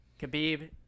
Khabib